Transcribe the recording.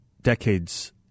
decades